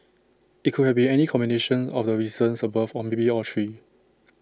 IT could have been any combination of the reasons above or maybe all three